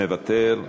מוותר,